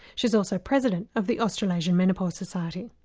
she's also president of the australasian menopause society.